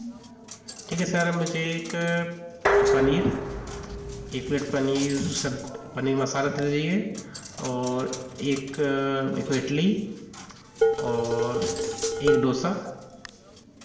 ठीक है सर मुझे एक पनीर एक प्लेट पनीर सब पनीर मसाला दे दीजिए और एक एक इडली और एक डोसा